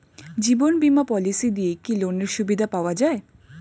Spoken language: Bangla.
জীবন বীমা পলিসি দিয়ে কি লোনের সুবিধা পাওয়া যায়?